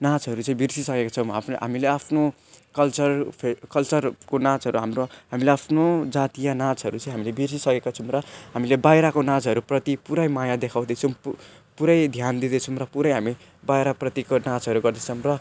नाचहरू चाहिँ बिर्सिसकेको छौँ हामीले आफ्नो कल्चर फे कल्चरको नाचहरू हाम्रो हामीले आफ्नो जातीय नाचहरू चाहिँ हामीले बिर्सिसकेका छौँ र हामीले बाहिरको नाचहरूप्रति पुरै माया देखाउँदैछौँ पु पुरै ध्यान दिँदैछौँ र पुरै हामी बाहिरप्रतिको नाचहरू गर्दैछौँ र